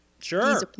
Sure